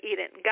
Eden